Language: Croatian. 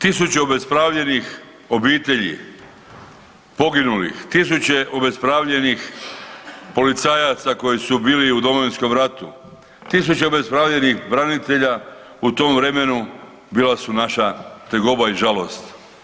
Tisuće obespravljenih obitelji poginulih, tisuće obespravljenih policajaca koji su bili u Domovinskom ratu, tisuće obespravljenih branitelja u tom vremenu bila su naša tegoba i žalost.